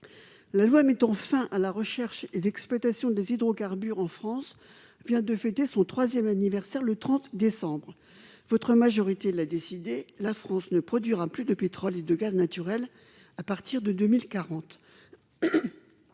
la loi mettant fin à la recherche et l'exploitation des hydrocarbures en France vient de fêter son 3ème anniversaire le 30 décembre votre majorité l'a décidé : la France ne produira plus de pétrole et de gaz naturel à partir de 2040,